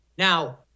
Now